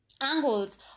Angles